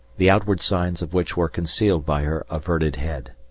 the outward signs of which were concealed by her averted head.